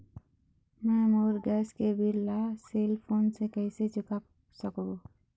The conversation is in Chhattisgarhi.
मैं मोर गैस के बिल ला सेल फोन से कइसे चुका सकबो?